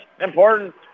important